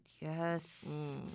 Yes